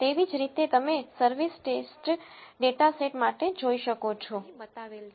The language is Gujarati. તેવી જ રીતે તમે સર્વિસ ટેસ્ટ ડેટા સેટ માટે જોઈ શકો છો જે અહીં બતાવેલ છે